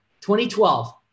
2012